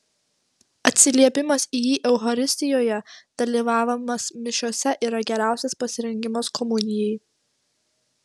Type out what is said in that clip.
atsiliepimas į jį eucharistijoje dalyvavimas mišiose yra geriausias pasirengimas komunijai